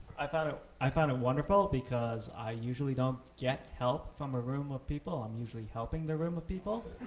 i found ah it kind of wonderful because i usually don't get help from a room of people. i'm usually helping the room of people.